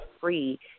free